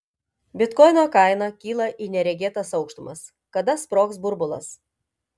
bitkoino kaina kyla į neregėtas aukštumas kada sprogs burbulas